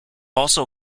also